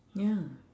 ya